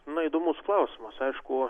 na įdomus klausimas aišku